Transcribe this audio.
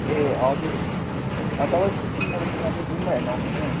ए हजुर तपाईँ सिक्किमबाट यहाँ चाहिँ गुम्बा हेर्नु आउनुहुने